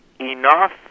enough